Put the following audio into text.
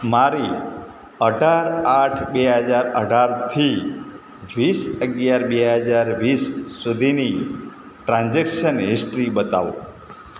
મારી અઢાર આઠ બે હજાર અઢારથી વીસ અગિયાર બે હજાર વીસ સુધીની ટ્રાન્ઝેક્શન હિસ્ટ્રી બતાવો